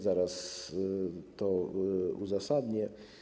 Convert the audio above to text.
Zaraz to uzasadnię.